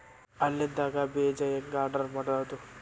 Online ದಾಗ ಬೇಜಾ ಹೆಂಗ್ ಆರ್ಡರ್ ಮಾಡೋದು?